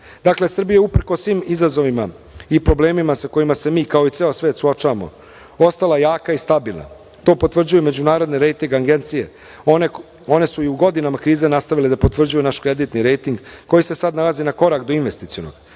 5,6%.Dakle, Srbija je, uprkos svim izazovima i problemima sa kojima se mi kao ceo svet suočavamo, ostala jaka i stabilna. To potvrđuje međunarodne rejting agencije. One su i u godinama krize nastavile da potvrđuju naš kreditni rejting, koji se sada nalazi na korak do investicionog.